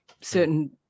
certain